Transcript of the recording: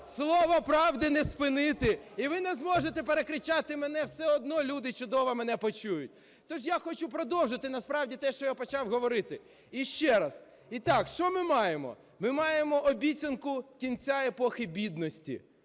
Слово правди не спинити. І ви не зможете перекричати мене все одно, люди чудово мене почують. Тож я хочу продовжити насправді, те, що я почав говорити. Ще раз, і так, що ми маємо? Ми маємо обіцянку кінця епохи бідності.